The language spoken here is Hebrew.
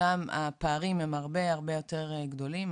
שם הפערים הם הרבה הרבה יותר גדולים.